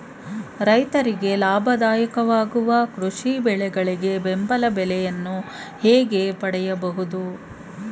ರೈತರಿಗೆ ಲಾಭದಾಯಕ ವಾಗುವ ಕೃಷಿ ಬೆಳೆಗಳಿಗೆ ಬೆಂಬಲ ಬೆಲೆಯನ್ನು ಹೇಗೆ ಪಡೆಯಬಹುದು?